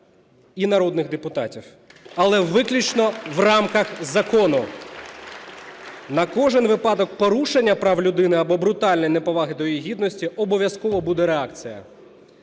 і народних депутатів. Але виключно в рамках закону. На кожен випадок порушення прав людини або брутальної неповаги до її гідності обов'язково буде реакція.